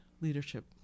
leadership